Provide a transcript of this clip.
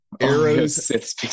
arrows